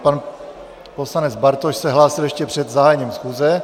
Pan poslanec Bartoš se hlásil ještě před zahájením schůze.